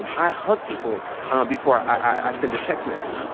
um i hug people before i send a text message.